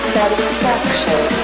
Satisfaction